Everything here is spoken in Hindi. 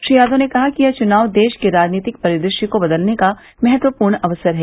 श्री यादव ने कहा कि यह चुनाव देश के राजनैतिक परिदृश्य को बदलने का महत्वपूर्ण अवसर है